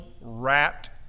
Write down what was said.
wrapped